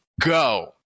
go